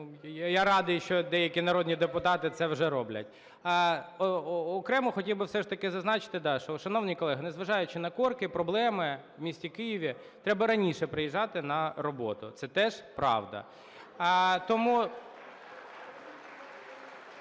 я радий, що деякі народні депутати це вже роблять. Окремо хотів би все ж таки зазначити, що, шановні колеги, незважаючи на корки, проблеми в місті Києві, треба раніше приїжджати на роботу. Це теж правда. Тому…